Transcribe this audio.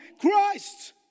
Christ